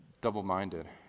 double-minded